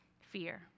fear